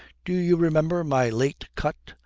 do you remember my late cut?